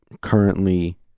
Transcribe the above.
currently